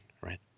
right